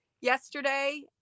yesterday